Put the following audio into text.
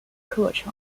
课程